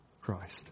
Christ